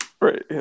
Right